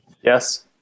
yes